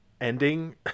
ending